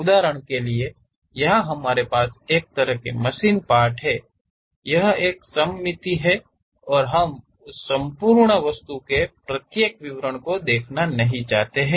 उदाहरण के लिए यहां हमारे पास इस तरह के मशीन पार्ट्स हैं यह एक सममित है और हम उस संपूर्ण वस्तु के प्रत्येक विवरण को देखना नहीं चाहते हैं